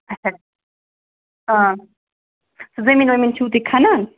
اچھا آ زٔمیٖن ؤمیٖن چھُو تُہۍ کَھنان